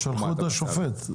הם שלחו את השופט,